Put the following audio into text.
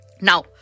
Now